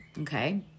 Okay